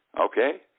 okay